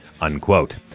unquote